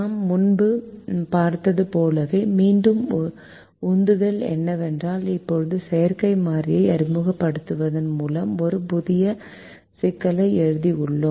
நாம் முன்பு பார்த்தது போலவே மீண்டும் உந்துதல் என்னவென்றால் இப்போது செயற்கை மாறியை அறிமுகப்படுத்துவதன் மூலம் ஒரு புதிய சிக்கலை எழுதியுள்ளோம்